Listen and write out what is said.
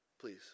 please